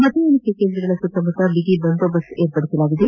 ಮತ ಎಣಿಕೆ ಕೇಂದ್ರಗಳ ಸುತ್ತಮುತ್ತ ಬಿಗಿ ಬಂದೋಬಸ್ತ್ ಏರ್ಪಡಿಸಲಾಗಿದೆ